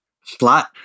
flat